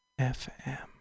FM